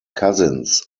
cousins